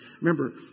Remember